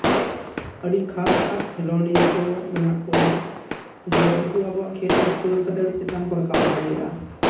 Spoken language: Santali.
ᱟᱹᱰᱤ ᱠᱷᱟᱥ ᱠᱷᱟᱥ ᱠᱷᱮᱞᱳᱰᱤᱭᱟᱹ ᱠᱚ ᱢᱮᱱᱟᱜ ᱠᱚᱣᱟ ᱡᱮ ᱩᱱᱠᱩ ᱟᱵᱚ ᱠᱷᱮᱞ ᱩᱫᱩᱜ ᱥᱚᱫᱚᱨ ᱠᱟᱛᱮ ᱟᱹᱰᱤ ᱪᱮᱛᱟᱱ ᱠᱚ ᱨᱟᱠᱟᱵ ᱫᱟᱲᱮᱭᱟᱜᱼᱟ